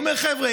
אומר: חבר'ה,